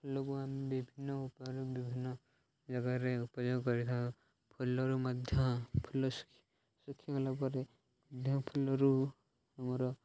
ଫୁଲକୁ ଆମେ ବିଭିନ୍ନ ଉପାୟରେ ବିଭିନ୍ନ ଜାଗାରେ ଉପଯୋଗ କରିଥାଉ ଫୁଲରୁ ମଧ୍ୟ ଫୁଲ ଶୁଖି ଶୁଖିଗଲା ପରେ ମଧ୍ୟ ଫୁଲରୁ ଆମର